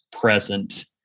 present